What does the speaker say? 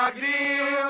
the